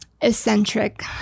eccentric